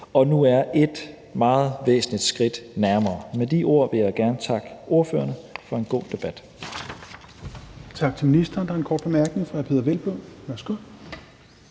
og nu er et meget væsentligt skridt nærmere. Med de ord vil jeg gerne takke ordførerne for en god debat.